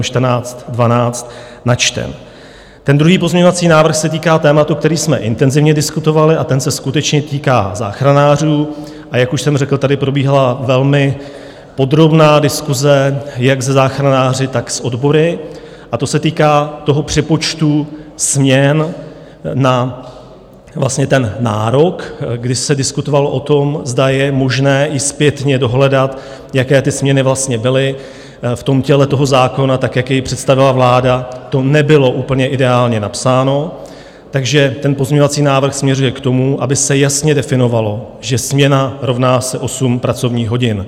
Druhý pozměňovací návrh se týká tématu, které jsme intenzivně diskutovali, a ten se skutečně týká záchranářů, a jak už jsem řekl, tady probíhala velmi podrobná diskuse jak se záchranáři, tak s odbory, a to se týká přepočtu směn vlastně na ten nárok, kdy se diskutovalo o tom, zda je možné i zpětně dohledat, jaké ty směny vlastně byly v těle toho zákona, jak jej představila vláda, to nebylo úplně ideálně napsáno, takže ten pozměňovací návrh směřuje k tomu, aby se jasně definovalo, že směna rovná se 8 pracovních hodin.